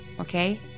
okay